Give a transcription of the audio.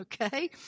okay